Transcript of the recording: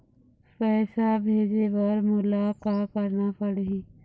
पैसा भेजे बर मोला का करना पड़ही?